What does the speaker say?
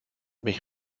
mich